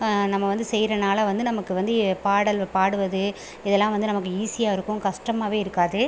நம்ம வந்து செய்கிறனால வந்து நமக்கு வந்து பாடல் பாடுவது இதெல்லாம் வந்து நமக்கு ஈஸியாக இருக்கும் கஷ்டமாகவே இருக்காது